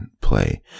play